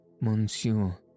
Monsieur